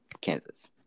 Kansas